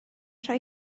rhoi